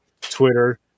Twitter